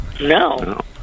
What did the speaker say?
No